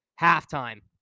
halftime